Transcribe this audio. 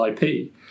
IP